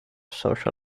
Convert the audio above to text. social